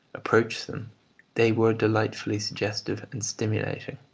approach them they were delightfully suggestive and stimulating.